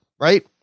right